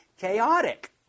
chaotic